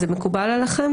זה מקובל עליכם?